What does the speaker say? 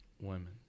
Women